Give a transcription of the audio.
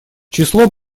число